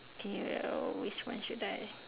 okay uh which one should I